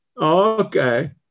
Okay